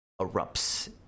erupts